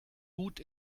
gut